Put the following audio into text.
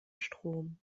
strom